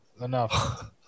Enough